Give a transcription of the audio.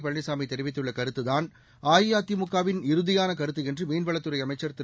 பழனிசாமி தெரிவித்துள்ள கருத்து தான் அஇஅதிமுகவின் இறுதியான கருத்து என்று மீன்வளத்துறை அமைச்சர் திரு